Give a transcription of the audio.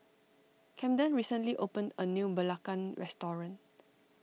Camden recently opened a new Belacan restaurant